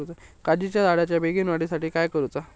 काजीच्या झाडाच्या बेगीन वाढी साठी काय करूचा?